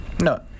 No